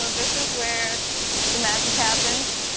ah this is where the magic happens,